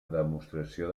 demostració